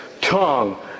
tongue